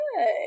good